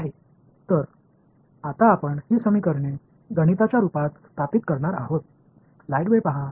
எனவே இப்போது இந்த சமன்பாடுகளை கணித ரீதியாக அமைப்பது பற்றிப் பார்ப்போம்